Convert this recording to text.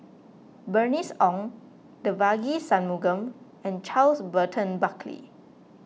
Bernice Ong Devagi Sanmugam and Charles Burton Buckley